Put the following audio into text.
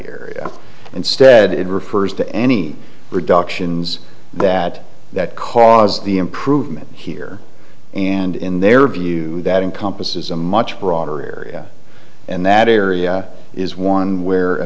area instead it refers to any reductions that that cause the improvement here and in their view that encompasses a much broader area and that area is one where